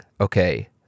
okay